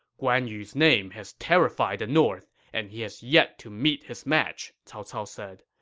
guan yu's name has terrified the north, and he has yet to meet his match, cao cao said.